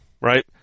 right